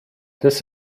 this